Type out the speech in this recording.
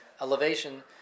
elevation